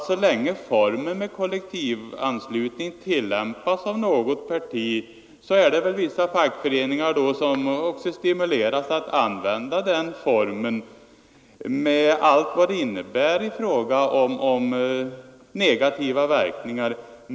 Så länge kollektivanslutning tillämpas av något parti använder vissa fackföreningar den formen med allt vad det innebär i fråga om negativa verkningar.